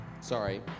sorry